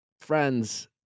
friends